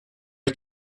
ich